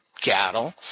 cattle